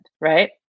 right